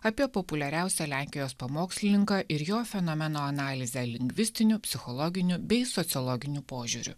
apie populiariausią lenkijos pamokslininką ir jo fenomeno analizę lingvistiniu psichologiniu bei sociologiniu požiūriu